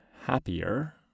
happier